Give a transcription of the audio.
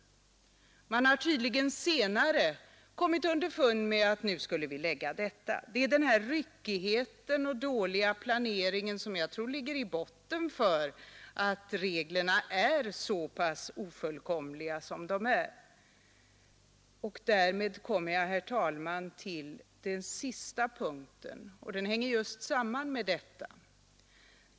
Man har tydligen senare kommit underfund med att den nu skulle läggas fram. Jag tror att denna ryckighet och dåliga planering ligger i botten för att reglerna är så pass ofullkomliga som de är. Därmed kommer jag, herr talman, till den sista punkten, som sammanhänger just med detta.